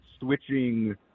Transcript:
switching